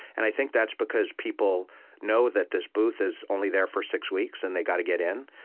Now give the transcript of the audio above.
and i think that's because people know that this booth is only there for six weeks, and they've got to get in.